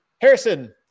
Harrison